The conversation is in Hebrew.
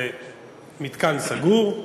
זה מתקן סגור,